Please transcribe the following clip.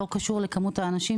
לא קשור לכמות האנשים,